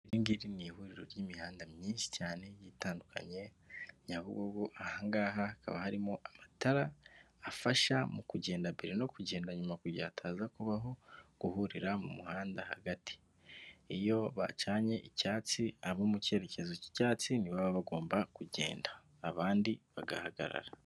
Iri ngiri ni ihuriro ry'imihanda myinshi cyane itandukanye Nyabugogo, ahangaha hakaba harimo amatara afasha mu kugenda mbere no kugenda nyuma kugira ngo hataza kubaho guhurira mu muhanda hagati. Iyo bacanye icyatsi abo mu cyerekezo cy'icyatsi nibo baba bagomba kugenda abandi bagahagarara.